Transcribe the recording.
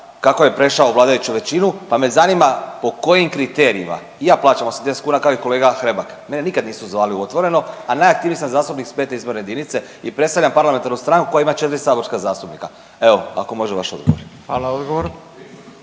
kako je prešao u vladajuću većinu. Pa me zanima po kojim kriterijima i ja plaćam 80 kuna dragi kolega Hrebak mene nikad nisu zvali u Otvoreno, a najaktivniji sam zastupnik iz 5. izborne jedinice i predstavljam parlamentarnu stranku koja ima 4 saborska zastupnika. Evo ako može vaš odgovor. **Radin,